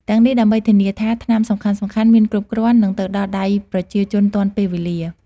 ទាំងនេះដើម្បីធានាថាថ្នាំសំខាន់ៗមានគ្រប់គ្រាន់ និងទៅដល់ដៃប្រជាជនទាន់ពេលវេលា។